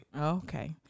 Okay